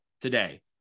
today